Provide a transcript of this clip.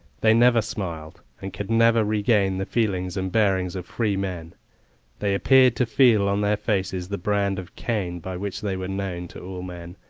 they never smiled, and could never regain the feelings and bearing of free men they appeared to feel on their faces the brand of cain, by which they were known to all men,